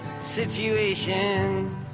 situations ¶